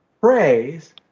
praise